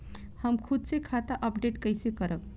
हम खुद से खाता अपडेट कइसे करब?